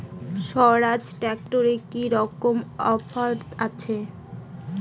স্বরাজ ট্র্যাক্টরে কি রকম অফার আছে?